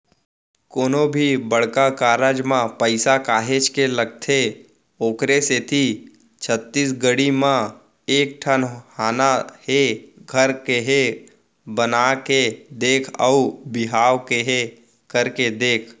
कोनो भी बड़का कारज म पइसा काहेच के लगथे ओखरे सेती छत्तीसगढ़ी म एक ठन हाना हे घर केहे बना के देख अउ बिहाव केहे करके देख